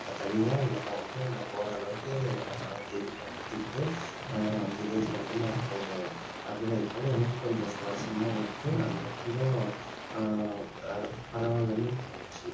நான் தனியாக என்ன வந்து நான் போகிற அளவுக்கு என்னோட மனதைரியத்தை வளத்துக்கிட்டு அந்த ஏஜில் வந்து நான் போனேன் அப்படின்னு நினைக்கும்போது எனக்கு கொஞ்சம் சுவாரஸ்யமாகவும் இருக்குது அந்த கொஞ்சம் பரவாயில்லன்னும் தோணுச்சு